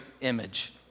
image